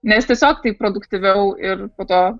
nes tiesiog taip produktyviau ir po to